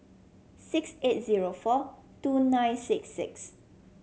six eight zero four two nine six six